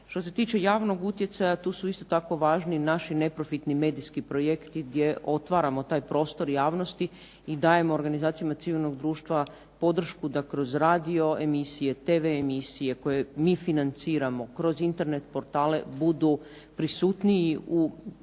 Što se tiče javnog utjecaja, tu su isto tako važni naši neprofitni medijski projekti gdje otvaramo taj prostor javnosti i dajemo organizacijama civilnog društva podršku da kroz radioemisije, tv emisije koje mi financiramo kroz Internet portale budu prisutniji u